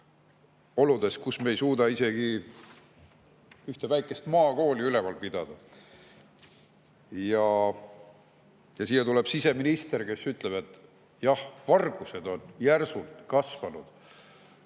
Oludes, kus me ei suuda isegi ühte väikest maakooli üleval pidada, tuleb siia siseminister, kes ütleb: jah, vargused on järsult kasvanud